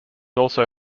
also